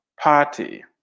party